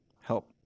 help